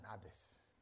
others